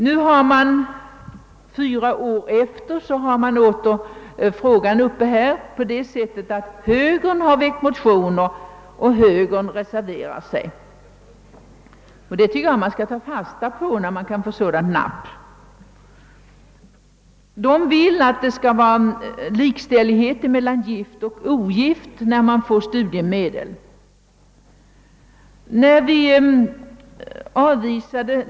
Fyra år efter propositionens framläggande har frågan åter tagits upp genom att högern väckt motioner och högern reserverat sig. När man kan få sådant napp hos högern, skall man ta fasta på det. Reservanterna vill ha likställighet mellan gift och ogift i fråga om studiemedel.